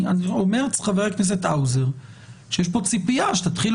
אומר חבר הכנסת האוזר שיש פה ציפייה שתתחילו